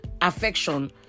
affection